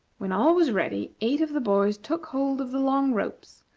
when all was ready, eight of the boys took hold of the long ropes,